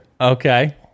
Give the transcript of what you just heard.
Okay